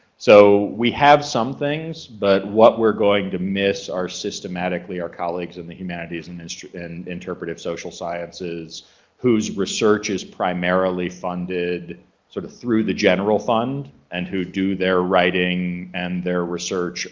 so we have some things but what we're going to miss are systematically our colleagues and the humanities industry and interpretive social sciences whose research is primarily funded sort of through the general fund and who do their writing and their research.